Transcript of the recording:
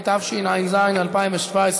התשע"ז 2017,